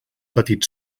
petit